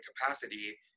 capacity